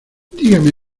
dígame